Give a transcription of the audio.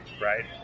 right